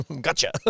Gotcha